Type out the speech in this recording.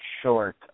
short